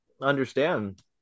understand